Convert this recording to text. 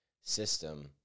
system